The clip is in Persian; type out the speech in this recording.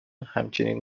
همچنین